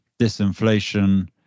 disinflation